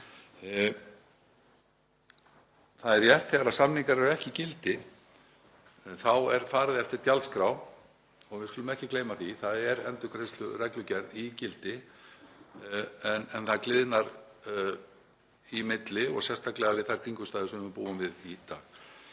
Það er rétt að þegar samningar eru ekki í gildi þá er farið eftir gjaldskrá og við skulum ekki gleyma því að það er endurgreiðslureglugerð í gildi en það gliðnar í milli og sérstaklega við þær kringumstæður sem við búum við í dag.